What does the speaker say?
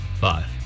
Five